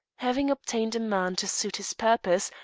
having obtained a man to suit his purpose,